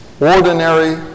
ordinary